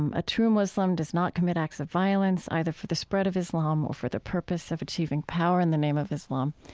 um a true muslim does not commit acts of violence either for the spread of islam or for the purpose of achieving power in the name of islam.